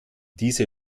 diese